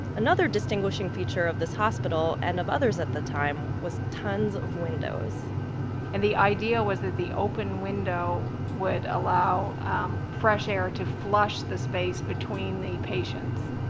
another distinguishing feature of this hospital and of others at the time was tons of windows and the idea was that the open window would allow um fresh air to flush the space between the patients.